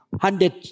Hundred